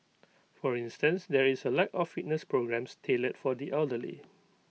for instance there is A lack of fitness programmes tailored for the elderly